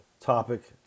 topic